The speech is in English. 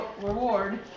reward